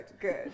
Good